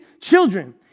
children